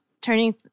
turning